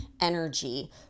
energy